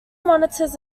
monitors